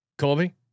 Colby